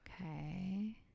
Okay